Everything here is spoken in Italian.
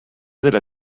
della